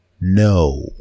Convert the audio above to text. No